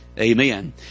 Amen